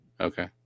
okay